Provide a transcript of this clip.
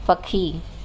पखी